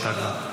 הייתה כבר.